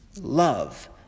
love